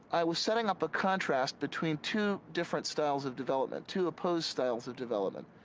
i was setting up a contrast between two different styles of development, two opposed styles of development.